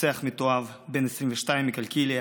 רוצח מתועב בן 22 מקלקיליה,